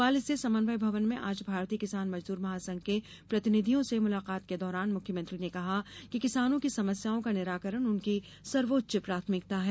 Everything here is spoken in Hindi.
भोपाल स्थित समन्वय भवन में आज भारतीय किसान मजदूर महासंघ के प्रतिनिधियों से मुलाकात के दौरान मुख्यमंत्री ने कहा कि किसानों की समस्याओं का निराकरण उनकी सर्वोच्च प्राथमिकता है